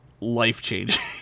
life-changing